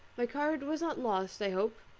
my card was not lost, i hope.